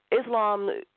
Islam